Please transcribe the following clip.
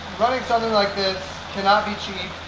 running something like this cannot be cheap.